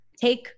take